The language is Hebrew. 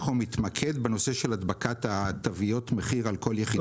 מתמקד בנושא של הדבקת תוויות מחיר על כל יחידה